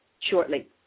shortly